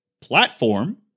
platform